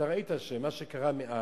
ראית מה קרה מאז,